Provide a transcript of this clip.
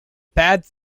bad